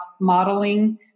modeling